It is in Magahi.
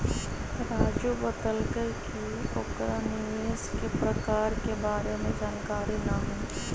राजू बतलकई कि ओकरा निवेश के प्रकार के बारे में जानकारी न हई